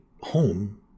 home